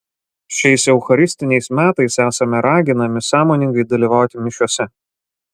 šiais eucharistiniais metais esame raginami sąmoningai dalyvauti mišiose